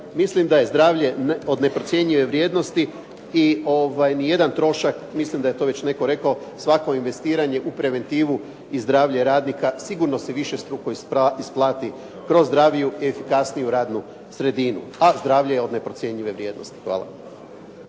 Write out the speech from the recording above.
mislim da je zdravlje od neprocjenjive vrijednosti i ni jedan trošak, mislim da je to već netko rekao, svako investiranje u preventivu i zdravlje radnika sigurno se višestruko isplati kroz zdraviju i efikasniju radnu sredinu, a zdravlje je od neprocjenjive vrijednosti. Hvala.